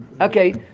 Okay